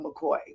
McCoy